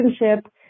relationship